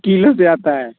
kilo से आता है